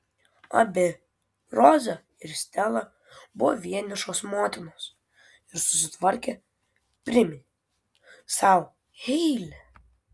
abi roza ir stela buvo vienišos motinos ir susitvarkė priminė sau heile